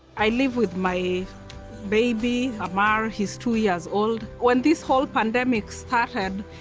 i live with my baby, amar, he's two years old. when this whole pandemic started,